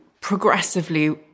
progressively